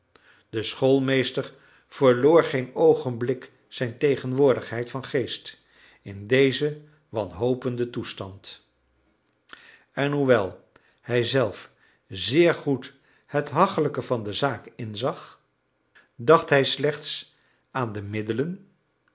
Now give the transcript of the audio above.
de schoolmeester verloor geen oogenblik zijn tegenwoordigheid van geest in dezen wanhopenden toestand en hoewel hij zelf zeer goed het hachelijke van de zaak inzag dacht hij slechts aan de middelen